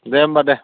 दे होम्बा दे